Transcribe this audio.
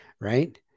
right